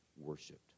worshipped